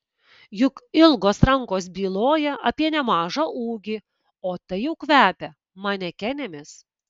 juk ilgos rankos byloja apie nemažą ūgį o tai jau kvepia manekenėmis